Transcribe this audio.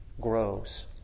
grows